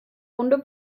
wunde